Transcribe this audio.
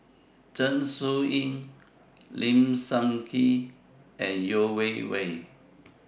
Zeng Shouyin Lim Sun Gee and Yeo Wei Wei